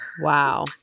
Wow